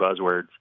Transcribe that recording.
buzzwords